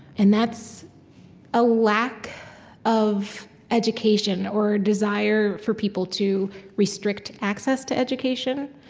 and that's a lack of education, or a desire for people to restrict access to education,